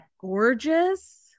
gorgeous